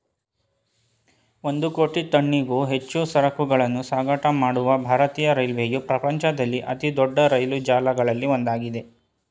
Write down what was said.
ಒಂದು ಕೋಟಿ ಟನ್ನಿಗೂ ಹೆಚ್ಚು ಸರಕನ್ನೂ ಸಾಗಾಟ ಮಾಡುವ ಭಾರತೀಯ ರೈಲ್ವೆಯು ಪ್ರಪಂಚದಲ್ಲಿ ಅತಿದೊಡ್ಡ ರೈಲು ಜಾಲಗಳಲ್ಲಿ ಒಂದಾಗಿದೆ